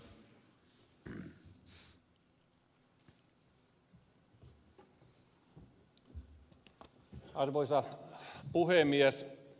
arvoisa puhemies